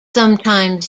sometimes